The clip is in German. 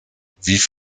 wie